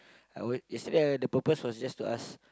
yesterday the purpose was just to ask